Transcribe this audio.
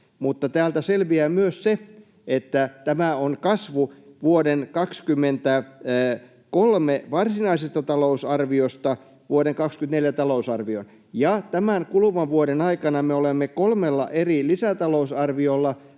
täältä selviää myös, että tämä on kasvu vuoden 23 varsinaisesta talousarviosta vuoden 24 talousarvioon. Ja tämän kuluvan vuoden aikana me olemme kolme eri kertaa